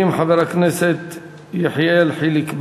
1010, 1014, 1017, 1040, 1041, 1045, 1069,